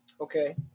Okay